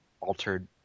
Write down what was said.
altered